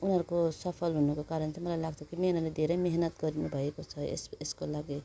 उनीहरूको सफल हुनुको कारण चाहिँ मलाई लाग्छ कि उनीहरूले धेरै मिहिनेत गर्नुभएको छ यस् यसको लागि